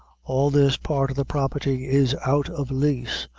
all this part of the property is out of lease,